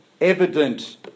evident